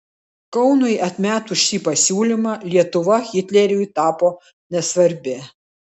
kaunui atmetus šį pasiūlymą lietuva hitleriui tapo nesvarbi